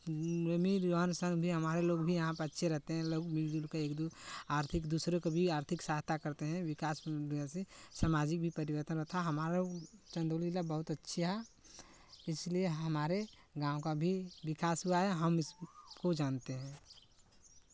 में भी रहन सहन भी हमारे लोग भी यहाँ पर अच्छे रहते हैं लोग मिल जुलकर एक दू आर्थिक दूसरे का भी आर्थिक सहायता करते हैं विकास में जैसे समाजिक भी परिवर्तन अथवा हमारा वो चंदौली जिला बहुत अच्छा इसलिए हमारे गाँव का भी विकास हुआ है हम इसको जानते हैं